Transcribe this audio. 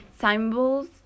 symbols